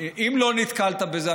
אם לא נתקלת בזה,